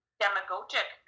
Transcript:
demagogic